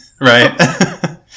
Right